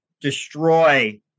destroy